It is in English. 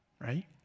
right